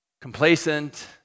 complacent